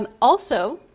um also,